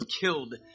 killed